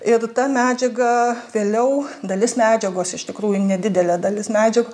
ir ta medžiaga vėliau dalis medžiagos iš tikrųjų nedidelė dalis medžia